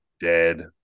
Dead